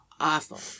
awful